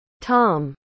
Tom